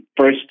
first